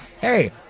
Hey